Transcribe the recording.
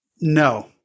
No